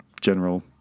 general